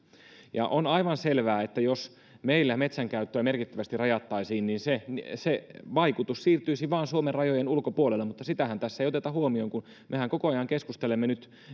on aivan selvää että jos meillä metsänkäyttöä merkittävästi rajattaisiin niin se se vaikutus siirtyisi vain suomen rajojen ulkopuolelle mutta sitähän tässä ei oteta huomioon kun mehän koko ajan keskustelemme nyt